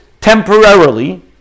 temporarily